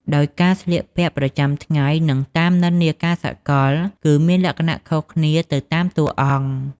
ដោយការស្លៀកពាក់ប្រចាំថ្ងៃ និងតាមនិន្នាការសកល គឺមានលក្ខណៈខុសគ្នាទៅតាមតួអង្គ។